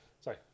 Sorry